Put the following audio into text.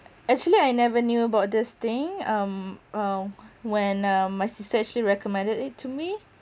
actually I never knew about this thing um uh when uh my sister actually recommended it to me